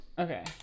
Okay